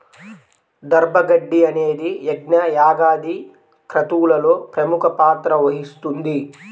దర్భ గడ్డి అనేది యజ్ఞ, యాగాది క్రతువులలో ప్రముఖ పాత్ర వహిస్తుంది